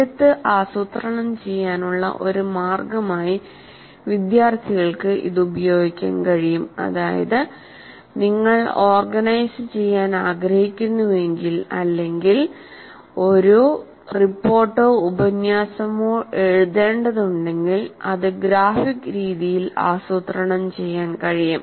എഴുത്ത് ആസൂത്രണം ചെയ്യാനുള്ള ഒരു മാർഗമായി വിദ്യാർത്ഥികൾക്ക് ഇത് ഉപയോഗിക്കാൻ കഴിയും അതായത് നിങ്ങൾ ഓർഗനൈസുചെയ്യാൻ ആഗ്രഹിക്കുന്നുവെങ്കിൽ അല്ലെങ്കിൽ ഒരു റിപ്പോർട്ടോ ഉപന്യാസമോ എഴുതേണ്ടതുണ്ടെങ്കിൽ അത് ഗ്രാഫിക് രീതിയിൽ ആസൂത്രണം ചെയ്യാൻ കഴിയും